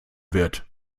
wird